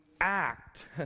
act